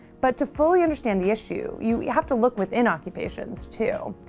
but to fully understand the issue, you have to look within occupations too.